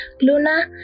Luna